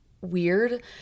weird